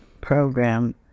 program